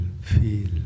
feel